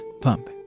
pump